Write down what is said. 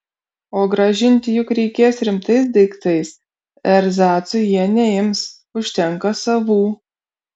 o grąžinti juk reikės rimtais daiktais erzacų jie neims užtenka savų